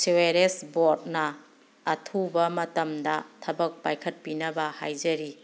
sewerage ꯕꯣꯔꯗꯅ ꯑꯊꯨꯕ ꯃꯇꯝꯗ ꯊꯕꯛ ꯄꯥꯏꯈꯠꯄꯤꯅꯕ ꯍꯥꯏꯖꯔꯤ